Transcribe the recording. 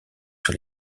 sur